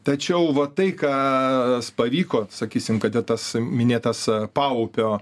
tačiau va tai ką pavyko sakysim kada tas minėtas paupio